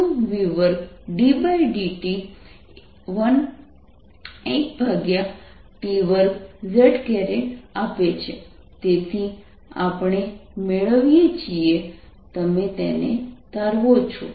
14π0 qv2 ddt1t2z આપે છે તેથી આપણે મેળવીએ છીએ તમે તેને તારવો છો